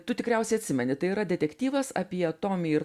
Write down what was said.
tu tikriausiai atsimeni tai yra detektyvas apie tomį ir